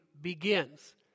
begins